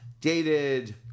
dated